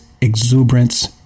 exuberance